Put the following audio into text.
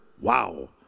Wow